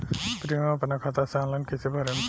Premium अपना खाता से ऑनलाइन कईसे भरेम?